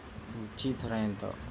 మిర్చి ధర ఎంత?